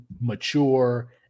mature